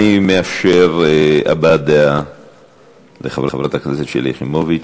אני מאפשר הבעת דעה לחברת הכנסת שלי יחימוביץ.